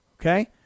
okay